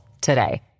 today